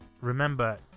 Remember